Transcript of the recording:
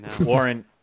Warren